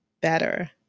better